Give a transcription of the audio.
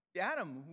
Adam